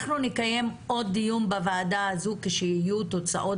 אנחנו נקיים עוד דיון בוועדה הזו כשיהיו תוצאות